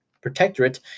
protectorate